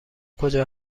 کجا